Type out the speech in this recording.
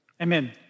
Amen